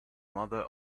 mother